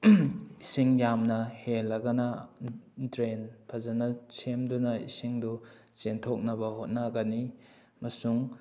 ꯏꯁꯤꯡ ꯌꯥꯝꯅ ꯍꯦꯜꯂꯒꯅ ꯗ꯭ꯔꯦꯟ ꯐꯖꯅ ꯁꯦꯝꯗꯨꯅ ꯏꯁꯤꯡꯗꯨ ꯆꯦꯟꯊꯣꯛꯅꯕ ꯍꯣꯠꯅꯒꯤ ꯑꯃꯁꯨꯡ